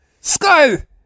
Sky